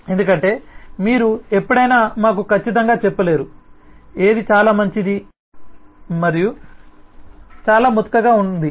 ఎందుకంటే మీరు ఎప్పుడైనా మాకు ఖచ్చితంగా చెప్పలేరు ఏది చాలా మంచిది మరియు చాలా ముతకగా ఉంది